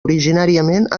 originàriament